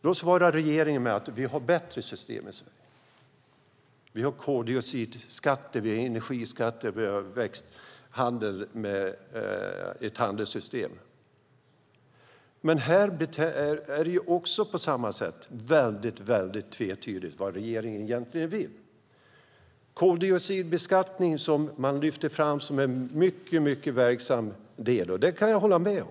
Då svarar regeringen att vi har bättre system i Sverige, för vi har koldioxidskatter, vi har energiskatter och vi har ett handelssystem. Men här är det på samma sätt väldigt tvetydigt vad regeringen egentligen vill. Man lyfter fram koldioxidbeskattningen som en mycket verksam del, och det kan jag hålla med om.